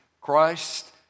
Christ